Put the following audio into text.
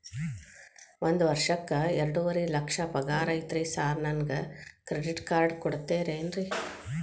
ಒಂದ್ ವರ್ಷಕ್ಕ ಎರಡುವರಿ ಲಕ್ಷ ಪಗಾರ ಐತ್ರಿ ಸಾರ್ ನನ್ಗ ಕ್ರೆಡಿಟ್ ಕಾರ್ಡ್ ಕೊಡ್ತೇರೆನ್ರಿ?